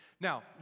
Now